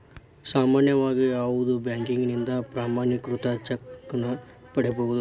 ಸಾಮಾನ್ಯವಾಗಿ ಯಾವುದ ಬ್ಯಾಂಕಿನಿಂದ ಪ್ರಮಾಣೇಕೃತ ಚೆಕ್ ನ ಪಡಿಬಹುದು